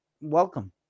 welcome